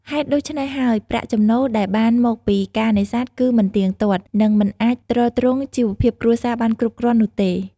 ហេតុដូច្នេះហើយ ប្រាក់ចំណូលដែលបានមកពីការនេសាទគឺមិនទៀងទាត់ និងមិនអាចទ្រទ្រង់ជីវភាពគ្រួសារបានគ្រប់គ្រាន់នោះទេ។